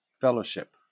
fellowship